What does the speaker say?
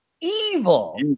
Evil